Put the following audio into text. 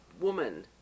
woman